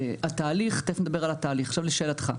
תיכף נדבר על התהליך, עכשיו לשאלתך.